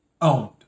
owned